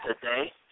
today